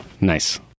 nice